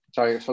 Sorry